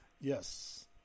Yes